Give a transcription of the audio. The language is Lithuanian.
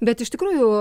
bet iš tikrųjų